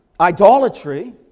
idolatry